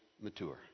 mature